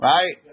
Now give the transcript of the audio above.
Right